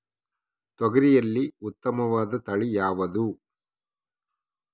ತೊಗರಿಯಲ್ಲಿ ಉತ್ತಮವಾದ ತಳಿ ಯಾವುದು?